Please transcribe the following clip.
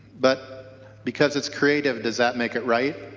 but because it's creative does that make it right?